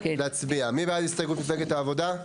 מי בעד ההסתייגות מפלגת העבודה?